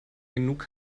genug